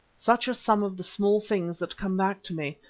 such are some of the small things that come back to me,